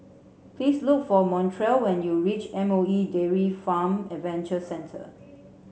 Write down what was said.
please look for Montrell when you reach M O E Dairy Farm Adventure Centre